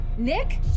Nick